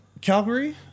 Calgary